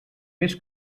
més